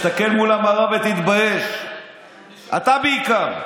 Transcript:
תסתכל מול המראה ותתבייש, אתה, בעיקר.